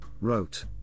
wrote